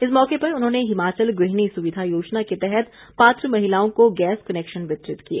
इस मौके पर उन्होंने हिमाचल गृहिणी सुविधा योजना के तहत पात्र महिलाओं को गैस कनैक्शन वितरित किए